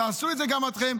תעשו את זה גם אתם.